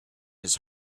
his